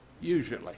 Usually